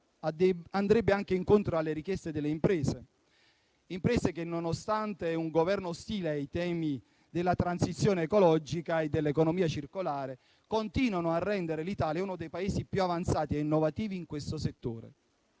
andrebbe anche incontro alle richieste delle imprese, che, nonostante un Governo ostile ai temi della transizione ecologica e dell'economia circolare, continuano a rendere l'Italia uno dei Paesi più avanzati e innovativi in questo settore.